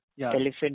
elephant